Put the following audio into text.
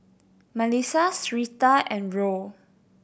Malissa Syreeta and Roll